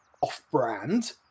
off-brand